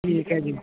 ਠੀਕ ਹੈ ਜੀ